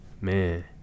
Man